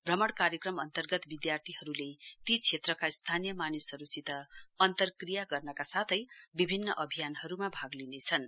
भ्रमण कार्यक्रम अन्तर्गत विधार्थीहरुले ती क्षेत्रका स्थानीय मानिसहरुसित अन्तक्रिया गर्नका साथै विभिन्न अभियानहरुमा भाग लिनेछन्